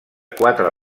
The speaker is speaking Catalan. quatre